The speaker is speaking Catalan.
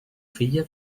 filla